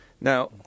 Now